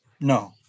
No